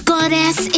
Goddess